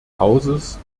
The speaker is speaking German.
hauses